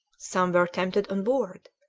some were tempted on board,